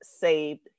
saved